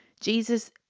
Jesus